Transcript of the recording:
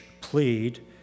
plead